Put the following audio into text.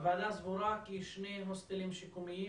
הוועדה סבורה כי שני הוסטלים שיקומיים